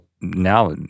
now